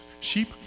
Sheep